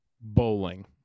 Bowling